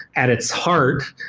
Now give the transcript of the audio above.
at its heart,